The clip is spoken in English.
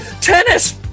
Tennis